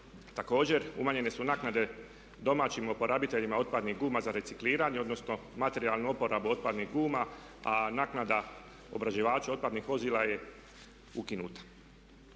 Također umanjene su naknade domaćim uporabiteljima otpadnih guma za recikliranje odnosno materijalnu uporabu otpadnih guma a naknada obrađivaču otpadnih vozila je ukinuta.